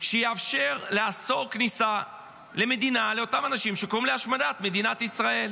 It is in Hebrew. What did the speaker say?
שיאפשר לאסור כניסה למדינה לאותם אנשים שקוראים להשמדת מדינת ישראל.